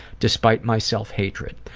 despite my self-hatred.